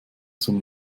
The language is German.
zum